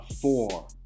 four